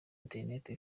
internet